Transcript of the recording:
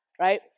right